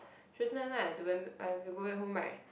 Tuesday night I have to went I have to go back home right